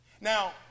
Now